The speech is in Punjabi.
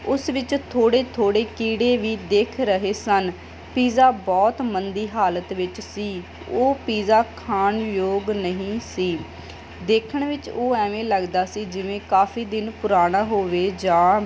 ਉਸ ਵਿੱਚ ਥੋੜ੍ਹੇ ਥੋੜ੍ਹੇ ਕੀੜੇ ਵੀ ਦਿਖ ਰਹੇ ਸਨ ਪੀਜ਼ਾ ਬਹੁਤ ਮੰਦੀ ਹਾਲਤ ਵਿੱਚ ਸੀ ਉਹ ਪੀਜ਼ਾ ਖਾਣ ਯੋਗ ਨਹੀਂ ਸੀ ਦੇਖਣ ਵਿੱਚ ਉਹ ਐਵੇਂ ਲੱਗਦਾ ਸੀ ਜਿਵੇਂ ਕਾਫੀ ਦਿਨ ਪੁਰਾਣਾ ਹੋਵੇ ਜਾਂ